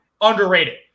underrated